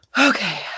okay